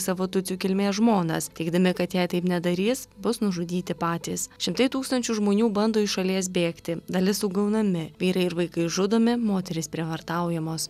savo tutsių kilmės žmonas teigdami kad jei taip nedarys bus nužudyti patys šimtai tūkstančių žmonių bando iš šalies bėgti dalis sugaunami vyrai ir vaikai žudomi moterys prievartaujamos